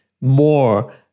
more